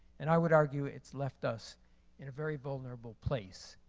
and i would argue it's left us in a very vulnerable place